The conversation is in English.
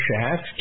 shaft